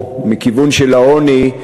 או מהכיוון של העוני,